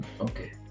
okay